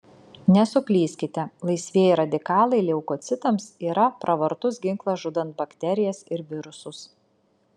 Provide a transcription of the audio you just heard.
nesuklyskite laisvieji radikalai leukocitams yra pravartus ginklas žudant bakterijas ir virusus